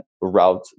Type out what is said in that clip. route